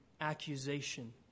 accusation